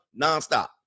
nonstop